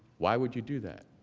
why would you do that?